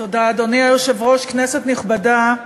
אדוני היושב-ראש, תודה, כנסת נכבדה,